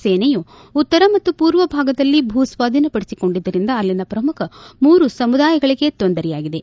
ಸೇನೆಯು ಉತ್ತರ ಮತ್ತು ಪೂರ್ವ ಭಾಗದಲ್ಲಿ ಭೂ ಸ್ವಾಧೀನಪಡಿಸಿಕೊಂಡಿದ್ದರಿಂದ ಅಲ್ಲಿನ ಪ್ರಮುಖ ಮೂರು ಸಮುದಾಯಗಳಿಗೆ ತೊಂದರೆಯಾಗಿದೆ